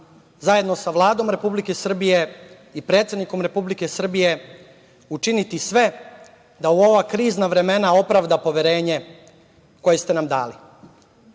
zajedno sa Vladom Republike Srbije i predsednikom Republike Srbije učiniti sve da u ova krizna vremena opravda poverenje koje ste nam dali. Pred